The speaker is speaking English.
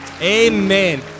Amen